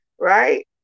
right